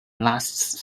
lasts